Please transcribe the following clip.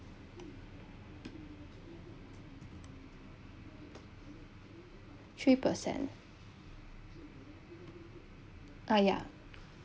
three percent ah ya